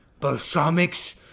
balsamics